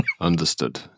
Understood